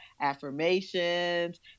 affirmations